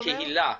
בקהילה,